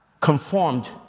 conformed